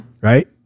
Right